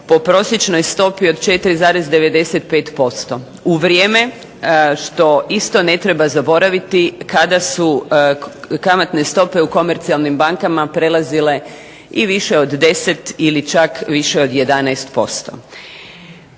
po prosječnoj stopi od 4,95% u vrijeme, što isto ne treba zaboraviti, kada su kamatne stope u komercijalnim bankama prelazile i više od 10 ili čak više od 11%.